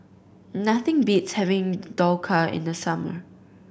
nothing beats having Dhokla in the summer